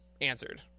answered